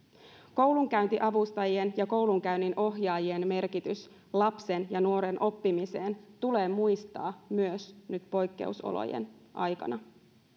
koulunkäyntiavustajien ja koulunkäynninohjaajien merkitys lapsen ja nuoren oppimiseen tulee muistaa myös nyt poikkeusolojen aikana